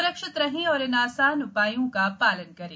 स्रक्षित रहें और इन आसान उपायों का पालन करें